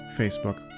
facebook